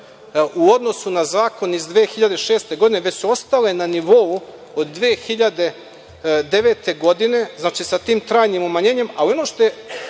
u odnosu na zakon iz 2006. godine, već su ostala na nivou od 2009. godine, znači, sa tim trajnim umanjenjem, ali ono što je